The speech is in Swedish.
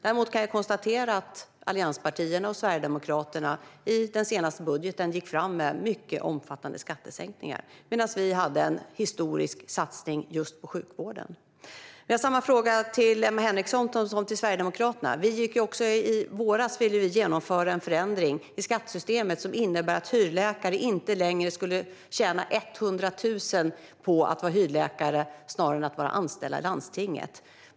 Jag kan konstatera att allianspartierna och Sverigedemokraterna i den senaste budgeten gick fram med mycket omfattande skattesänkningar, medan vi hade en historisk satsning på just sjukvården. Jag ställer samma fråga till Emma Henriksson som till Sverigedemokraterna. Även i våras ville vi genomföra en förändring i skattesystemet som innebär att hyrläkare inte längre skulle tjäna 100 000 på att vara hyrläkare snarare än att vara anställda i landstinget.